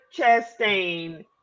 chastain